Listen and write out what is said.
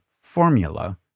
formula